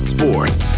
Sports